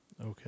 Okay